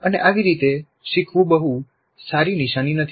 અને આવી રીતે શીખવું બહુ સારી નિશાની નથી